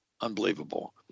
Unbelievable